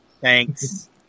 Thanks